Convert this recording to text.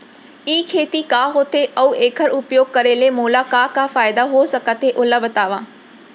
ई खेती का होथे, अऊ एखर उपयोग करे ले मोला का का फायदा हो सकत हे ओला बतावव?